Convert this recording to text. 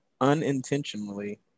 unintentionally